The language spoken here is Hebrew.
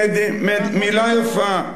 מלה יפה,